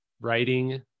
writing